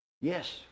Yes